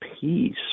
peace